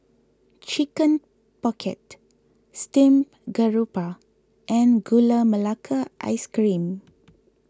Chicken Pocket Steamed Garoupa and Gula Melaka Ice Cream